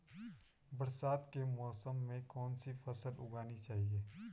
बरसात के मौसम में कौन सी फसल उगानी चाहिए?